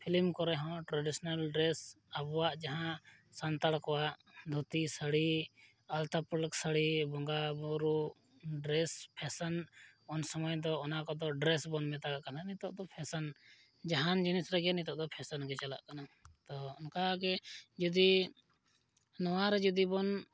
film ᱠᱚᱨᱮᱦᱚᱸ traditional dress ᱟᱵᱚᱣᱟᱜ ᱡᱟᱦᱟᱸ ᱥᱟᱱᱛᱟᱲ ᱠᱚᱣᱟᱜ ᱫᱷᱩᱛᱤ ᱥᱟᱹᱲᱤ ᱟᱞᱛᱟ ᱯᱟᱹᱲᱞᱟᱹᱠ ᱥᱟᱹᱲᱤ ᱵᱚᱸᱜᱟᱼᱵᱩᱨᱩ ᱰᱨᱮᱥ ᱯᱷᱮᱥᱮᱱ ᱩᱱ ᱥᱚᱢᱚᱭ ᱫᱚ ᱚᱱᱟ ᱠᱚᱫᱚ ᱰᱨᱮᱥ ᱵᱚᱱ ᱢᱮᱛᱟᱜᱟᱜ ᱠᱟᱱᱟ ᱱᱤᱛᱳᱜ ᱫᱚ ᱯᱷᱮᱥᱮᱱ ᱡᱟᱦᱟᱱ ᱡᱤᱱᱤᱥ ᱨᱮᱜᱮ ᱱᱤᱛᱳᱜ ᱫᱚ ᱯᱷᱮᱥᱮᱱ ᱜᱮ ᱪᱟᱞᱟᱜ ᱠᱟᱱᱟ ᱛᱳ ᱚᱱᱠᱟᱜᱮ ᱡᱩᱫᱤ ᱱᱚᱣᱟᱨᱮ ᱡᱩᱫᱤᱵᱚᱱ